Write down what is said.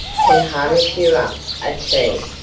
can harness you up a team.